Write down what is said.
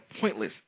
pointless